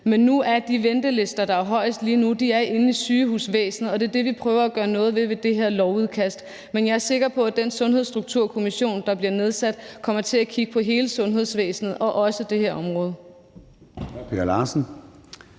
men de ventelister, der er længst lige nu, er i sygehusvæsenet, og det er dem, vi prøver at gøre noget ved med det her lovudkast. Men jeg er sikker på, at den sundhedsstrukturkommission, der bliver nedsat, kommer til at kigge på hele sundhedsvæsenet og også det her område.